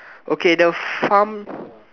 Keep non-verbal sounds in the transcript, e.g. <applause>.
okay the farm <breath>